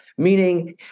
Meaning